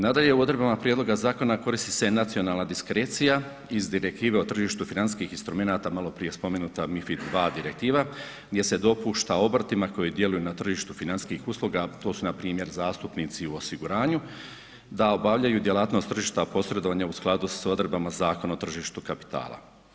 Nadalje, u odredbama prijedloga zakona koristi se nacionalna diskrecija iz direktive o tržištu financijskih instrumenata maloprije spomenuta mifid 2 direktiva, gdje se dopušta obrtima koji djeluju na tržištu financijskih usluga, to su npr. zastupnici u osiguranju, da obavljaju djelatnost tržišta posredovanje u skladu s odredbama Zakona o tržištu kapitala.